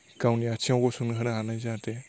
गावनि आथिङाव गसंनो होनो हानाय जाहाथे